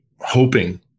hoping